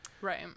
Right